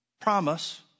promise